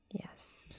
Yes